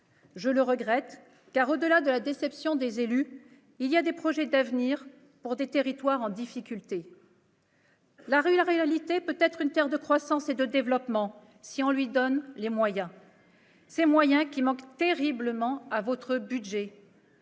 Je le regrette, car au-delà de la déception des élus, des projets d'avenir visaient des territoires en difficultés. La ruralité peut être une terre de croissance et de développement, si on lui en donne les moyens. Mais ceux-ci manquent terriblement à votre budget.